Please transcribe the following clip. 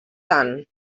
tant